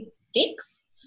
sticks